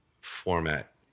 format